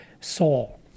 Saul